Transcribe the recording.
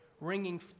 ringing